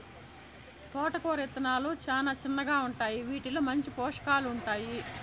తోటకూర ఇత్తనాలు చానా చిన్నగా ఉంటాయి, వీటిలో మంచి పోషకాలు ఉంటాయి